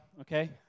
Okay